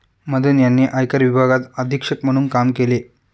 मदन यांनी आयकर विभागात अधीक्षक म्हणून काम केले